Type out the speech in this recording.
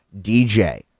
DJ